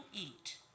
eat